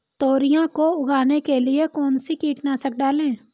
तोरियां को उगाने के लिये कौन सी कीटनाशक डालें?